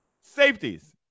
Safeties